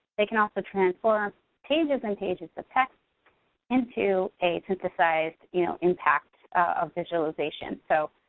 they can also transform pages and pages of text into a synthesized you know impact of visualization. so,